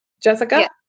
Jessica